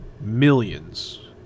millions